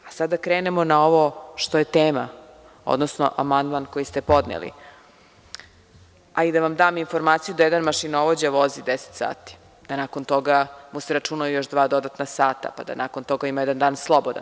E, sad da krenemo na ovo što je tema, odnosno amandman koji ste podneli, a i da vam dam informaciju da jedan mašinovođa vozi deset sati, da nakon toga mu se računaju još dva dodatna sata, pa da nakon toga ima jedan dan slobodan.